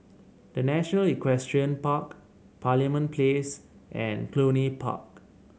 The National Equestrian Park Parliament Place and Cluny Park